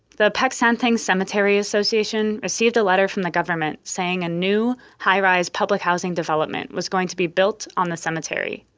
the peck san theng cemetery association received a letter from the government saying a new high-rise public housing development was going to be built on the cemetery.